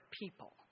people